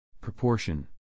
Proportion